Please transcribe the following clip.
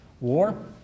war